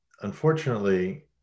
unfortunately